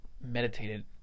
meditated